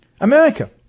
America